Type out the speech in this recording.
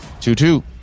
Two-two